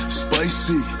spicy